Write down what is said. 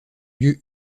lieu